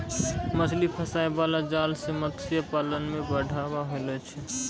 मछली फसाय बाला जाल से मतस्य पालन मे बढ़ाबा होलो छै